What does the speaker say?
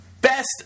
best